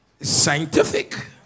scientific